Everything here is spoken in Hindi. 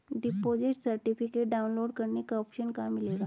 डिपॉजिट सर्टिफिकेट डाउनलोड करने का ऑप्शन कहां मिलेगा?